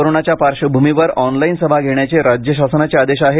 कोरोनाच्या पार्श्वभूमीवर ऑनलाइन सभा घेण्याचे राज्य शासनाचे आदेश आहेत